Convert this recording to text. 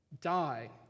die